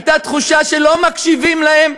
הייתה תחושה שלא מקשיבים להם,